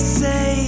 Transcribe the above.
say